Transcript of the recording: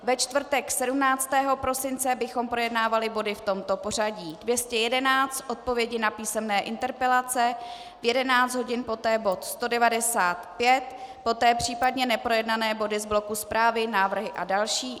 Ve čtvrtek 17. prosince bychom projednávali body v tomto pořadí: 211 odpovědi na písemné interpelace, v 11 hodin poté bod 195, poté případně neprojednané body z bloku zprávy, návrhy a další.